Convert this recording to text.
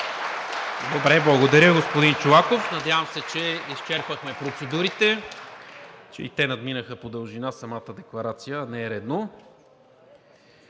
МИНЧЕВ: Благодаря, господин Чолаков. Надявам се, че изчерпахме процедурите, че и те надминаха по дължина самата декларация, а не е редно.